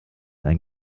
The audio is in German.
ein